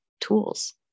tools